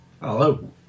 Hello